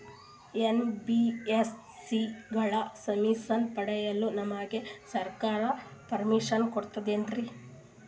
NBSC ಗಳ ಸರ್ವಿಸನ್ನ ಪಡಿಯಲು ನಮಗೆ ಸರ್ಕಾರ ಪರ್ಮಿಷನ್ ಕೊಡ್ತಾತೇನ್ರೀ?